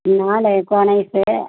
நாலு cone ice